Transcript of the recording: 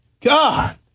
God